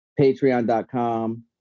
patreon.com